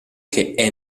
che